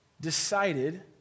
decided